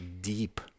deep